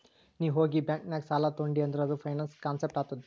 ನೀ ಹೋಗಿ ಬ್ಯಾಂಕ್ ನಾಗ್ ಸಾಲ ತೊಂಡಿ ಅಂದುರ್ ಅದು ಫೈನಾನ್ಸ್ ಕಾನ್ಸೆಪ್ಟ್ ಆತ್ತುದ್